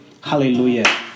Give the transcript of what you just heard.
Hallelujah